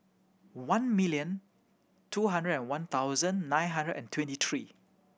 one million two hundred and one thousand nine hundred and twenty three